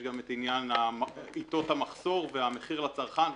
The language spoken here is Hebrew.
יש גם את עניין עתות המחסור והמחיר לצרכן.